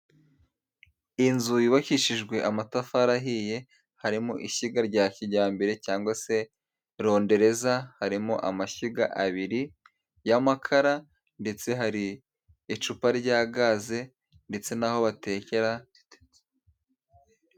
Inzu yubakishijwe amatafari ahiye harimo ishyiga rya kijyambere cyangwa se rondereza, harimo amashyiga abiri y'amakara ndetse hari icupa rya gaze ndetse n'aho batekera.